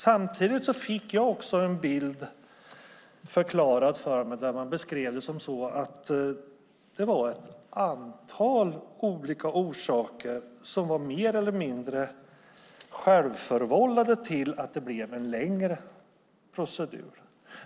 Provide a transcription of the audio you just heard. Samtidigt fick jag dock förklarat för mig att det finns ett antal andra mer eller mindre självförvållade orsaker till att det blir en längre procedur.